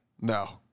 No